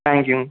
தேங்க்யூங்க